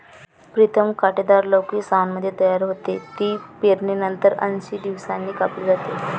प्रीतम कांटेदार लौकी सावनमध्ये तयार होते, ती पेरणीनंतर ऐंशी दिवसांनी कापली जाते